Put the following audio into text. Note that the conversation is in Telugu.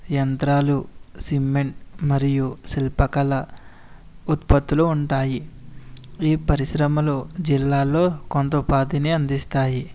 యంత్రాలు సిమెంట్ మరియు శిల్పకళ ఉత్పత్తులు ఉంటాయి ఈ పరిశ్రమలు జిల్లాలో కొంత ఉపాధిని అందిస్తాయి